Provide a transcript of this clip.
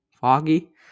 foggy